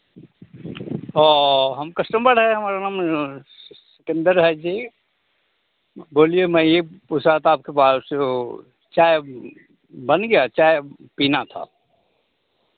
हो हम कस्टमर हैं हमारा नाम सुन्दर है जी बोलिए मैं ये पूछ रहा था आपसे बात वो चाय बन गया चाय पीना था